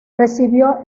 recibió